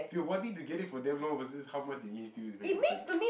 okay wanting to get it for damn long versus how much it means to you is very different